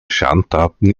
schandtaten